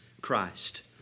Christ